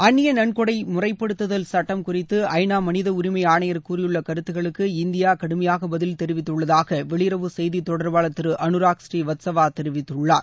அந்நிய நன்கொடை முறைப்படுத்துதல் சுட்டம் குறித்து ஐ நா மனித உரிமை ஆணையர் கூறியுள்ள கருத்துக்களுக்கு இந்தியா கடுமையாக பதில் தெரிவித்துள்ளதாக வெளியுறவு செய்தித் தொடர்பாளர் திரு அனுராக் ஸ்ரீவத்சவா தெரிவித்துள்ளார்